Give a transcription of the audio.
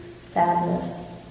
sadness